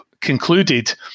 concluded